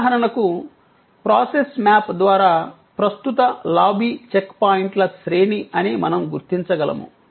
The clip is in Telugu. ఉదాహరణకు ప్రాసెస్ మ్యాప్ ద్వారా ప్రస్తుత లాబీ చెక్పాయింట్ల శ్రేణి అని మనం గుర్తించగలము